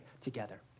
together